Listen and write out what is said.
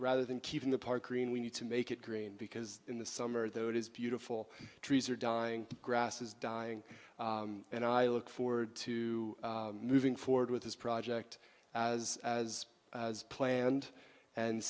rather than keeping the park green we need to make it green because in the summer though it is beautiful trees are dying grass is dying and i look forward to moving forward with this project as as planned and